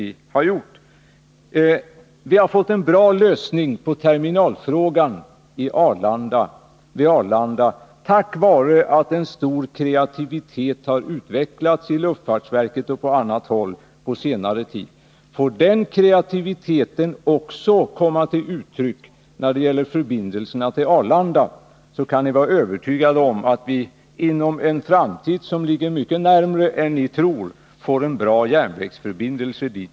Vi har fått till stånd en bra lösning av terminalfrågan vid Arlanda tack vare att en stor kreativitet på senare tid utvecklats i luftfartsverket och på annat håll. Får den kreativiteten också komma till uttryck när det gäller förbindelserna till Arlanda, kan ni vara övertygade om att vi inom en framtid som ligger mycket närmare än ni tror också får en bra järnvägsförbindelse dit.